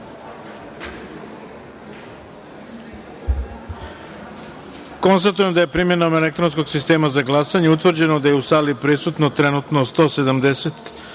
glasanje. Konstatujem da je primenom elektronskog sistema za glasanje utvrđeno da je u sali prisutno trenutno 170